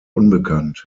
unbekannt